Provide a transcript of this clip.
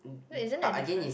isn't it different